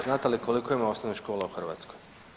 Znate li koliko ima osnovnih škola u Hrvatskoj?